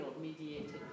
mediated